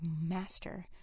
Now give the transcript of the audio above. master